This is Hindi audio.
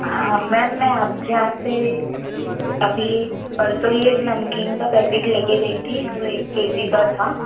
हाँ मैम मैं आपके यहाँ से अभी परसों ही एक नमकीन का पैकेट ले कर गई थी जो एक के जी का था